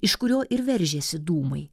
iš kurio ir veržėsi dūmai